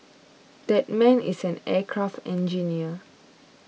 that man is an aircraft engineer